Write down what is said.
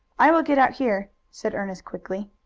i will get out here, said ernest quickly.